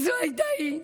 וזו הייתה היא.